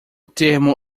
termo